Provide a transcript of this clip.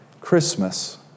Christmas